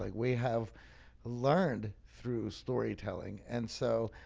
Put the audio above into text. like we have learned through storytelling, and so.